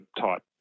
type